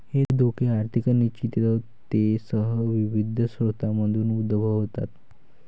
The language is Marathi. हे धोके आर्थिक अनिश्चिततेसह विविध स्रोतांमधून उद्भवतात